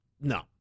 no